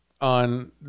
on